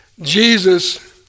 Jesus